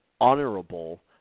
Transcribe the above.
honorable